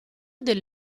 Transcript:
del